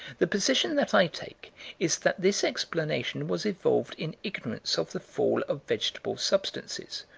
the position that i take is that this explanation was evolved in ignorance of the fall of vegetable substances,